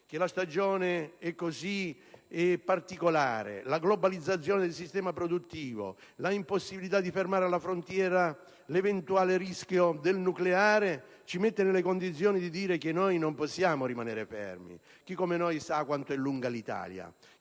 che la stagione è così particolare che la globalizzazione del sistema produttivo insieme all'impossibilità di fermare alla frontiera l'eventuale rischio del nucleare ci mettono nelle condizioni di dire che non possiamo restare fermi. Chi, come noi, sa quant'è lunga l'Italia